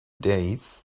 days